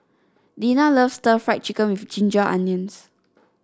Dinah loves stir Fry Chicken with Ginger Onions